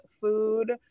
food